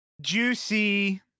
Juicy